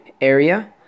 area